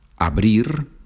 abrir